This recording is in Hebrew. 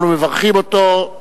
אנחנו מברכים אותו.